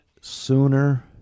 sooner